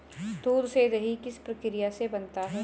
दूध से दही किस प्रक्रिया से बनता है?